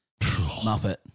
Muppet